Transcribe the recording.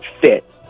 fit